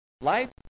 Life